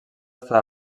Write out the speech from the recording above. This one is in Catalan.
estada